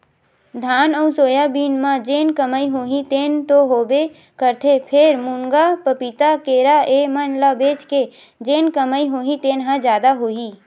धान अउ सोयाबीन म जेन कमई होही तेन तो होबे करथे फेर, मुनगा, पपीता, केरा ए मन ल बेच के जेन कमई होही तेन ह जादा होही